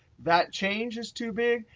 that change is too big,